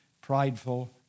prideful